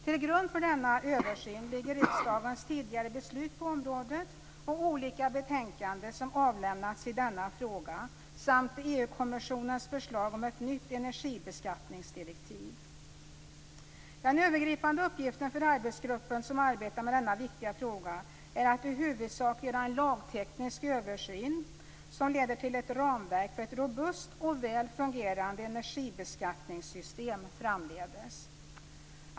Till grund för denna översyn ligger riksdagens tidigare beslut på området och olika betänkanden som avlämnats i denna fråga samt EU kommissionens förslag om ett nytt energibeskattningsdirektiv. Den övergripande uppgiften för arbetsgruppen som arbetar med denna viktiga fråga är att i huvudsak göra en lagteknisk översyn som leder till ett ramverk för ett robust och väl fungerande energibeskattningssystem framdeles.